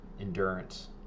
endurance